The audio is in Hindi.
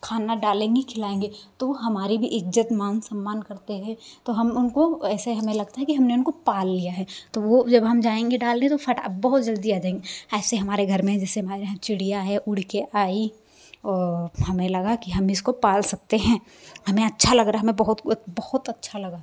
खाना डालेंगे खिलाएँगे तो हमारी भी इज्जत मान सम्मान करते है तो हम उनको ऐसे हमें लगता है कि हमने उनको पाल लिया है तो वो जब हम जाएँगे डालने तो फटाक अब बहुत जल्दी आ जाएँगे ऐसे हमारे घर में जैसे हमारे यहाँ चिड़िया है उड़ के आई और हमें लगा कि हम इसको पाल सकते हैं हमें अच्छा लग रहा हमें बहुत बहुत अच्छा लगा